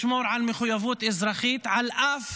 לשמור על מחויבות אזרחית, על אף